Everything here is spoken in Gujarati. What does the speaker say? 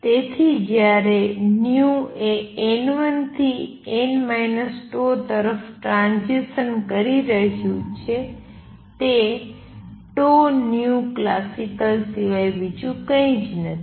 તેથી જ્યારે એ n1 થી n τ તરફ ટ્રાંઝીસન કરી રહ્યું છે તે classical સિવાય બીજું કંઈ જ નથી